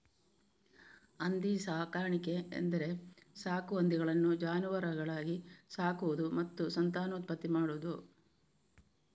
ಹಂದಿ ಸಾಕಾಣಿಕೆ ಎಂದರೆ ಸಾಕು ಹಂದಿಗಳನ್ನು ಜಾನುವಾರುಗಳಾಗಿ ಸಾಕುವುದು ಮತ್ತು ಸಂತಾನೋತ್ಪತ್ತಿ ಮಾಡುವುದು